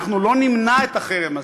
אנחנו לא נמנע את החרם הזה.